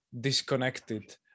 disconnected